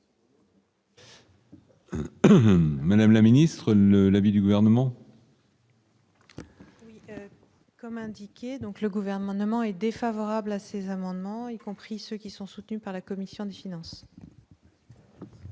Madame la ministre, le l'avis du gouvernement. Comme indiqué, donc le gouvernement est défavorable à ces amendements, y compris ceux qui sont soutenus par la commission des finances.